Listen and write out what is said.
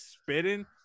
spitting